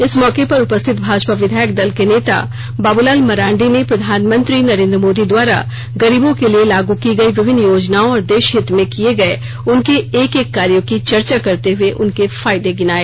इस मौके पर उपस्थित भाजपा विधायक दल के नेता बाबूलाल मरांडी ने प्रधानमंत्री नरेंद्र मोदी द्वारा गरीबों के लिए लागू की गई विभिन्न योजनाओं और देशहित में किये गए उनके एक एक कार्यो की चर्चा करते हुए उनके फायदे गिनाए